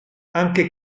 anche